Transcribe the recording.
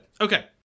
Okay